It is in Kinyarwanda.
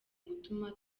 gutuma